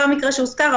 לא המקרה שהוזכר,